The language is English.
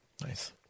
Nice